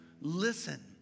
Listen